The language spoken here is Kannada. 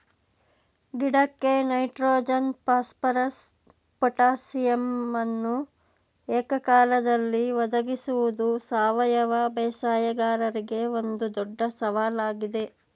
ಗಿಡಕ್ಕೆ ನೈಟ್ರೋಜನ್ ಫಾಸ್ಫರಸ್ ಪೊಟಾಸಿಯಮನ್ನು ಏಕಕಾಲದಲ್ಲಿ ಒದಗಿಸುವುದು ಸಾವಯವ ಬೇಸಾಯಗಾರರಿಗೆ ಒಂದು ದೊಡ್ಡ ಸವಾಲಾಗಿದೆ